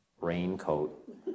raincoat